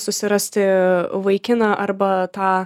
susirasti vaikiną arba tą